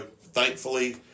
thankfully